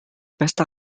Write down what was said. pesta